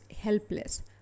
helpless